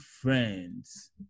friends